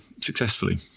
successfully